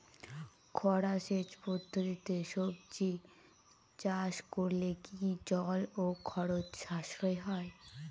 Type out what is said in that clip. খরা সেচ পদ্ধতিতে সবজি চাষ করলে কি জল ও খরচ সাশ্রয় হয়?